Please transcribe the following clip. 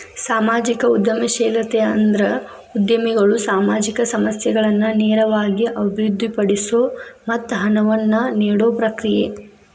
ಸಾಮಾಜಿಕ ಉದ್ಯಮಶೇಲತೆ ಅಂದ್ರ ಉದ್ಯಮಿಗಳು ಸಾಮಾಜಿಕ ಸಮಸ್ಯೆಗಳನ್ನ ನೇರವಾಗಿ ಅಭಿವೃದ್ಧಿಪಡಿಸೊ ಮತ್ತ ಹಣವನ್ನ ನೇಡೊ ಪ್ರಕ್ರಿಯೆ